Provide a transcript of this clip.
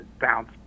bounce